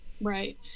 Right